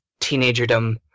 teenagerdom